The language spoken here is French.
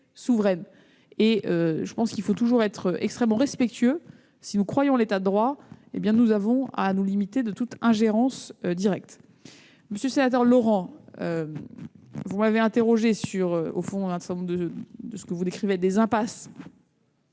souveraine. Il faut toujours être extrêmement respectueux. Si nous croyons en l'État de droit, nous devons nous interdire toute ingérence directe. Monsieur le sénateur Laurent, vous m'avez interrogée sur ce que vous décrivez comme des impasses.